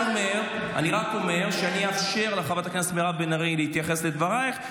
אני רק אומר שאני אאפשר לחברת הכנסת מירב בן ארי להתייחס לדברייך,